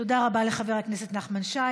תודה רבה לחבר הכנסת נחמן שי.